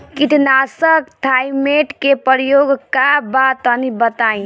कीटनाशक थाइमेट के प्रयोग का बा तनि बताई?